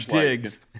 digs